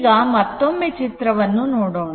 ಈಗ ಮತ್ತೊಮ್ಮೆ ಚಿತ್ರವನ್ನು ನೋಡೋಣ